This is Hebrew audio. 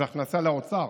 אז זאת הכנסה לאוצר,